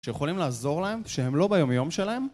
שיכולים לעזור להם שהם לא ביומיום שלהם